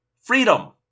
Freedom